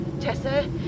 Tessa